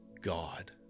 god